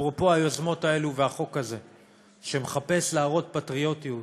אפרופו היוזמות האלה והחוק הזה שמחפש להראות פטריוטיות: